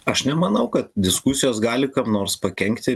aš nemanau kad diskusijos gali kam nors pakenkti